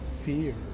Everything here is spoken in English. fear